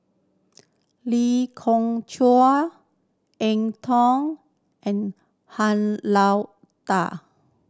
Lee Khoon Choy Eng Tow and Han Lao Da